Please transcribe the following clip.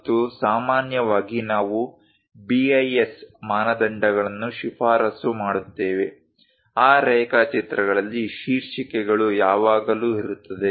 ಮತ್ತು ಸಾಮಾನ್ಯವಾಗಿ ನಾವು BIS ಮಾನದಂಡಗಳನ್ನು ಶಿಫಾರಸು ಮಾಡುತ್ತೇವೆ ಆ ರೇಖಾಚಿತ್ರಗಳಲ್ಲಿ ಶೀರ್ಷಿಕೆಗಳು ಯಾವಾಗಲೂ ಇರುತ್ತದೆ